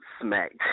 smacked